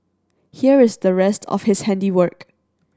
here is the rest of his handiwork